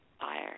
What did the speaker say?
fire